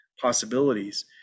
possibilities